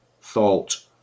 thought